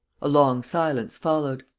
a long silence followed.